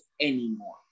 anymore